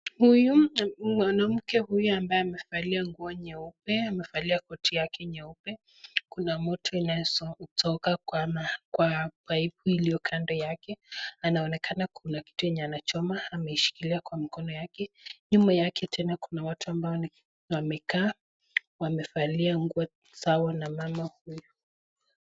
Huyu, mwanamke huyu ambaye amevalia nguo nyeupe, amevalia koti yake nyeupe kuna moto inayotoka kwa paipu iliyo kando yake anaonekana kuna kitu anachoma ameishikilia kwa mkono yake. Nyuma yake tena kuna watu ambao wamekaa wamevalia nguo zao na mama huyu.